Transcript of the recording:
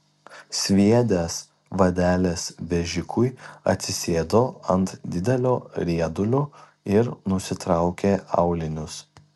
sviedęs vadeles vežikui atsisėdo ant didelio riedulio ir nusitraukė aulinius